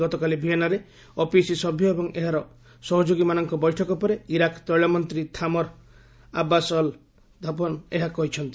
ଗତକାଲି ଭିଏନାରେ ଓପିଇସି ସଭ୍ୟ ଏବଂ ଏହାର ସହଯୋଗୀମାନଙ୍କ ବୈଠକ ପରେ ଇରାକ ତୈଳ ମନ୍ତ୍ରୀ ଥାମର ଆବ୍ବାସ ଅଲ୍ ଘଧ୍ବନ୍ ଏହା କହିଚ୍ଚନ୍ତି